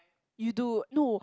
you do no